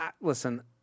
listen